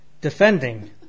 defending